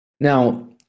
now